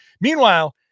Meanwhile